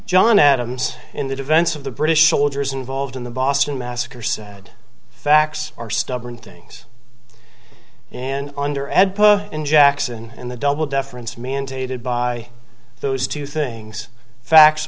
john adams in the defense of the british soldiers involved in the boston massacre said facts are stubborn things and under ed in jackson and the double deference mandated by those two things facts